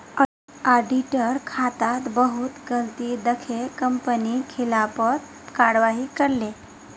auditor खातात बहुत गलती दखे कंपनी खिलाफत कारवाही करले